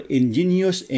ingenious